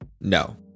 No